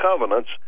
covenants